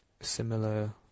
similar